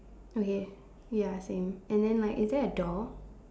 okay ya same and then like is there a door